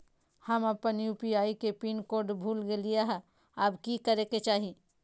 हम अपन यू.पी.आई के पिन कोड भूल गेलिये हई, अब की करे के चाही?